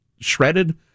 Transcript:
shredded